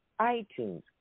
iTunes